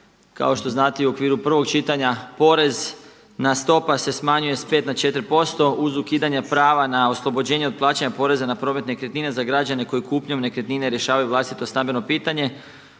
kao što znate i u okviru prvog čitanja porezna stopa se smanjuje sa 5 na 4% uz ukidanje prava na oslobođenje od plaćanja poreza na promet nekretnina za građane koji kupnjom nekretnine rješavaju vlastito stambeno pitanje.